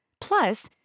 Plus